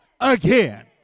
again